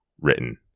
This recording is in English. written